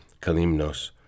Kalimnos